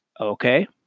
Okay